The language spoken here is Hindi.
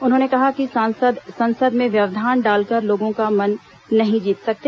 उन्होंने कहा कि सांसद संसद में व्यवधान डालकर लोगों का मन नहीं जीत सकते